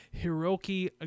Hiroki